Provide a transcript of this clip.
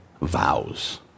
vows